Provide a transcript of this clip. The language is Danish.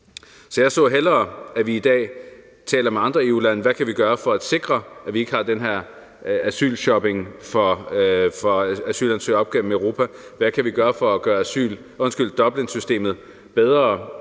Så jeg ser hellere i dag, at vi taler med andre EU-lande om, hvad vi kan gøre for at sikre, at vi ikke har den her asylshopping med asylansøgere op igennem Europa. Hvad kan vi gøre for at gøre Dublinforordningen bedre?